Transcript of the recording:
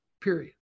period